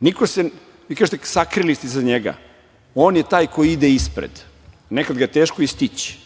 Vi kažete sakrili ste se iza njega. On je taj koji ide ispred. Nekad ga je teško i stići,